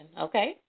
okay